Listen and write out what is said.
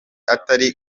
atakiri